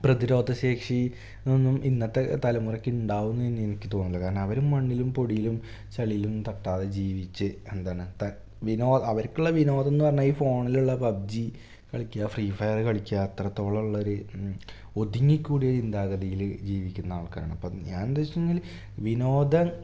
പ്രതിരോധശേഷിയൊന്നും ഇന്നത്തെ തലമുറയ്ക്കുണ്ടാകുമെന്നെന്നെ എനിക്ക് തോന്നണില്ല കാരണം അവര് മണ്ണിലും പൊടിയിലും ചെളിയിലുമൊന്നും തട്ടാതെ ജീവിച്ച് എന്താണ് വിനോദം അവർക്കുള്ള വിനോദം എന്ന് പറഞ്ഞാല് ഈ ഫോണിലുള്ള പബ്ജി കളിക്കുക ഫ്രീ ഫയര് കളിക്കുക അത്രത്തോളമുള്ളൊരു ഒതുങ്ങിക്കൂടിയ ചിന്താഗതിയില് ജീവിക്കുന്ന ആൾക്കാരാണ് അപ്പോള് ഞാനെന്തെച്ചഴിഞ്ഞാല് വിനോദം